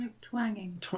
Twanging